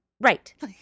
Right